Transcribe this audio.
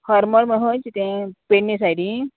हर्मल म्हण खंय शें तें पडणे ते सायडीन